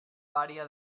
pària